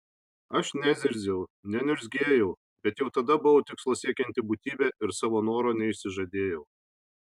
aš nezirziau neniurzgėjau bet jau tada buvau tikslo siekianti būtybė ir savo noro neišsižadėjau